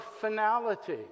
finality